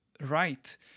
Right